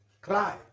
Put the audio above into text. Cry